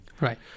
Right